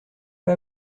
pas